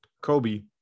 Kobe